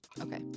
okay